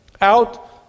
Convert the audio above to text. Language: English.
out